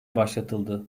başlatıldı